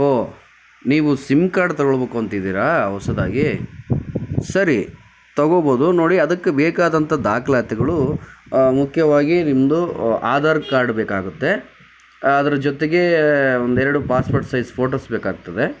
ಓ ನೀವು sim card ತಗೊಳ್ಬೇಕು ಅಂತಿದ್ದೀರಾ ಹೊಸದಾಗಿ ಸರಿ ತಗೋಬೋದು ನೋಡಿ ಅದಕ್ಕೆ ಬೇಕಾದಂತಹ ದಾಖಲಾತಿಗಳು ಮುಖ್ಯವಾಗಿ ನಿಮ್ಮದು ಆಧಾರ್ ಕಾರ್ಡ್ ಬೇಕಾಗುತ್ತೆ ಅದ್ರ ಜೊತ್ಗೆ ಒಂದೆರಡು ಪಾಸ್ಪೋರ್ಟ್ ಸೈಜ್ ಫೋಟೋಸ್ ಬೇಕಾಗ್ತದೆ